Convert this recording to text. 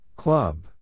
Club